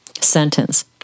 sentence